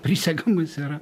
prisegamais yra